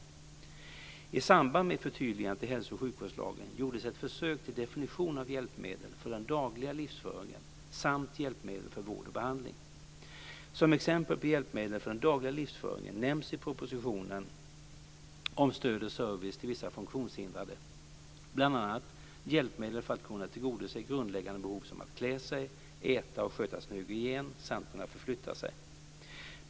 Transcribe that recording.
I samband med förtydligandet i hälso och sjukvårdslagen gjordes ett försök till definition av hjälpmedel för den dagliga livsföringen samt hjälpmedel för vård och behandling. Som exempel på hjälpmedel för den dagliga livsföringen nämns i propositionen Om stöd och service till vissa funktionshindrade bl.a. hjälpmedel för att kunna tillgodose grundläggande behov som att klä sig, äta eller sköta sin hygien samt kunna förflytta sig.